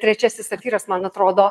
trečiasis safyras man atrodo